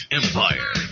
empire